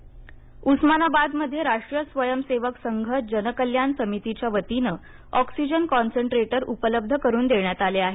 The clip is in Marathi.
रा रुव सं उस्मानाबादमध्ये राष्ट्रीय स्वयंसेवक संघ जनकल्याण समितीच्यावतीने ऑक्सिजन कॉन्सन्ट्रेटर उपलब्ध करून देण्यात आले आहेत